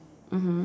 mmhmm